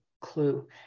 clue